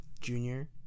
junior